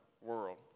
world